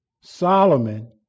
Solomon